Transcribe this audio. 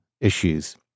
issues